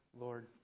Lord